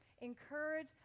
encourage